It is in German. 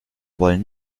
wollen